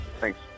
Thanks